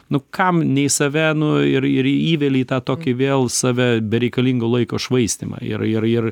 nu kam nei save nu ir ir įveli į tą tokį vėl save bereikalingo laiko švaistymą ir ir ir